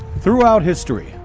throughout history,